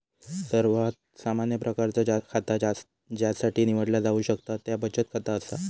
सर्वात सामान्य प्रकारचा खाता ज्यासाठी निवडला जाऊ शकता त्या बचत खाता असा